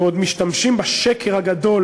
ועוד משתמשים בשקר הגדול